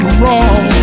wrong